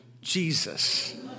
Jesus